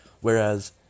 whereas